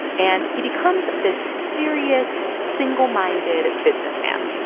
and he becomes this serious, single-minded businessman.